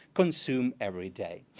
consume every day.